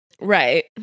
Right